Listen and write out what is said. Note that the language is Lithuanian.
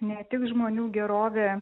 ne tik žmonių gerovė